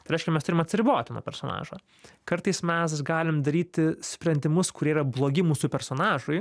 tai reiškia mes turim atsiriboti nuo personažo kartais mes galim daryti sprendimus kurie yra blogi mūsų personažui